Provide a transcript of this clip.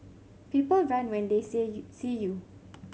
people run when they say see you